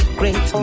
great